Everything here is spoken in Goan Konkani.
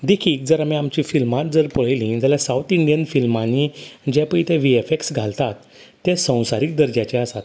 देखीक जर आमी आमचें फिल्मांत जर पळयलीं जाल्या सावथ इंडियन फिल्मांनी जे पळय ते व्ही एफ एक्स घालतात ते संवसारीक दर्ज्याचें आसात